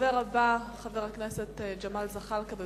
הדובר הבא הוא חבר הכנסת ג'מאל זחאלקה.